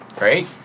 right